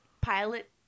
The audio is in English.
Pilot